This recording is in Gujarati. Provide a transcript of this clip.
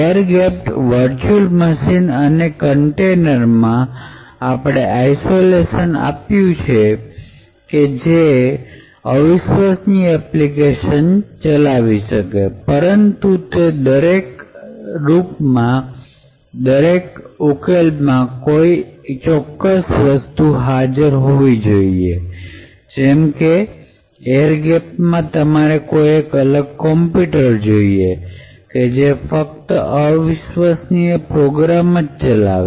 એર ગેપ્પડ વરચ્યુલ મશીન અને કન્ટેનર માં આપડે આઇસોલેસન આપ્યું કે જેના આવિશ્વસનીય એપ્લિકેશન ચાલી શકે પરંતુ એ દરેક ઉકેલમાં કોઈ એક ચોક્કસ વસ્તુ હાજર હોવી જોઈએ જેમકે એર ગેપ્પડમાં તમારે કોઈ એક અલગ કોમ્પ્યુટર જોઈએ કે જે ફક્ત આવિશ્વસનીય પ્રોગ્રામ જ ચલાવે